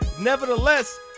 Nevertheless